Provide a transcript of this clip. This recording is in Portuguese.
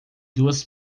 duas